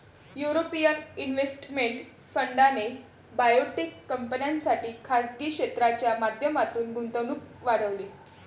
European investment फंडाने biotech कंपन्यांसाठी खासगी क्षेत्राच्या माध्यमातून गुंतवणूक वाढवली